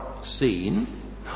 seen